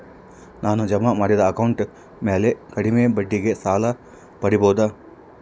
ನಾನು ಜಮಾ ಮಾಡಿದ ಅಕೌಂಟ್ ಮ್ಯಾಲೆ ಕಡಿಮೆ ಬಡ್ಡಿಗೆ ಸಾಲ ಪಡೇಬೋದಾ?